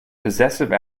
possessive